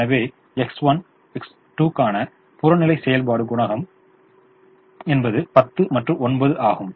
எனவே x 1 x 2 க்கான புறநிலை செயல்பாடு குணகம் என்பது 10 மற்றும் 9 ஆகும்